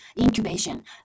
incubation